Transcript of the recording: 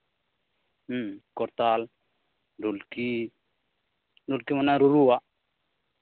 ᱦᱮᱸ ᱠᱚᱨᱛᱟᱞ ᱰᱷᱩᱞᱠᱤ ᱰᱷᱩᱞᱠᱤ ᱢᱟᱱᱮ ᱨᱩᱨᱩᱣᱟᱜ